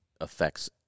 affects